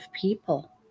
people